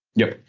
yep.